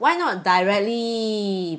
why not directly